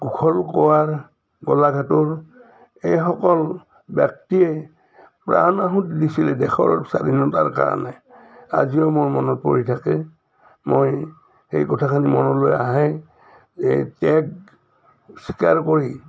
কুশল কোঁৱৰ গোলাঘাটৰ এইসকল ব্যক্তিয়ে প্ৰাণ আহুতি দিছিলে দেশৰ স্বাধীনতাৰ কাৰণে আজিও মোৰ মনত পৰি থাকে মই সেই কথাখিনি মনলৈ আহে এই ত্যাগ স্বীকাৰ কৰি